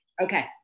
Okay